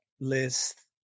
list